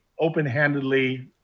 open-handedly